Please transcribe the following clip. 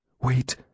Wait